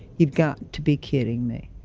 you've got to be kidding me.